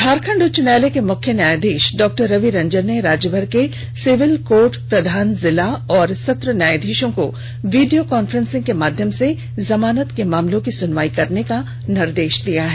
झारखंड उच्च न्यायालय के मुख्य न्यायाधीष डॉक्टर रविरंजन ने राज्यभर के सिविल कोर्ट प्रधान जिला और सत्र न्यायाधीषों को वीडियो कॉन्फ्रेंसिंग के माध्यम से जमानत के मामलों की सुनवाई करने का निर्देष दिया है